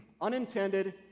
unintended